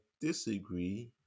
disagree